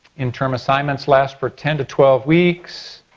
interim assignments last or ten to twelve weeks.